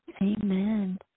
Amen